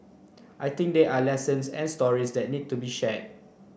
I think there are lessons and stories that need to be share